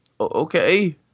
Okay